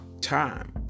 time